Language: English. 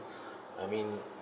I mean